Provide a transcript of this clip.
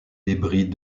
débris